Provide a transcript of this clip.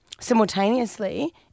simultaneously